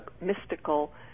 mystical